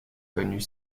connut